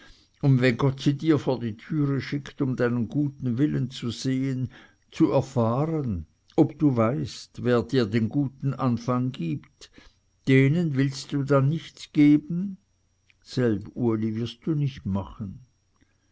und wenn gott sie dir vor die türe schickt um deinen guten willen zu sehen zu erfahren ob du weißt wer dir den guten anfang gibt denen willst du dann nichts geben selb uli wirst du nicht machen